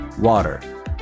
Water